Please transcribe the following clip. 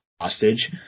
hostage